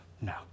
No